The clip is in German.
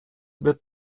wird